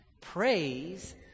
Praise